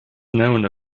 known